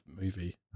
movie